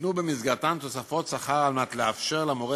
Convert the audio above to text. ניתנו במסגרתן תוספות שכר על מנת לאפשר למורה